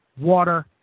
water